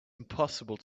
impossible